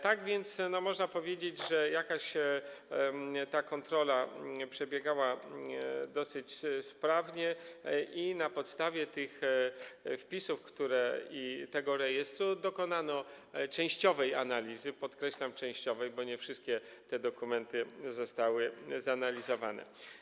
Tak więc można powiedzieć, że ta kontrola przebiegała dosyć sprawnie i na podstawie tych wpisów, rejestru dokonano częściowej analizy, podkreślam częściowej, bo nie wszystkie te dokumenty zostały zanalizowane.